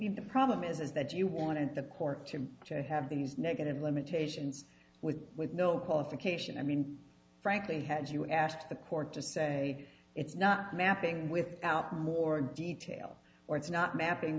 mean the problem is is that you wanted the court him to have these negative limitations with with no qualification i mean frankly had you asked the court to say it's not mapping without more detail or it's not mapping